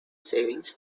savings